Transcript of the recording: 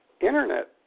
Internet